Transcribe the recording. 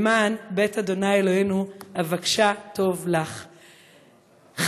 למען בית ה' אלהינו אבקשה טוב לך." חגגנו,